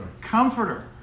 Comforter